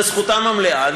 זאת זכותן המלאה.